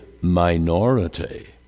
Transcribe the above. minority